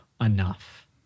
enough